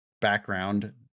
background